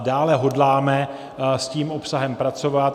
Dále hodláme s tím obsahem pracovat.